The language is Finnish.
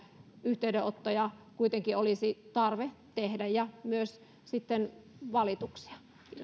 yhteydenottoja kuitenkin olisi tarve tehdä ja myös valituksia